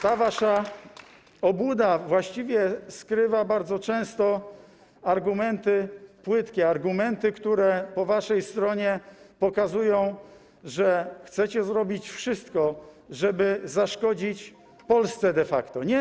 Ta wasza obłuda właściwie skrywa bardzo często argumenty płytkie, argumenty, które po waszej stronie pokazują, że chcecie zrobić wszystko, żeby zaszkodzić de facto Polsce.